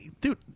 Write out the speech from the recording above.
dude